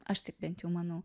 aš taip bent jau manau